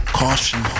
caution